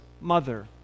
mother